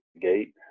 gate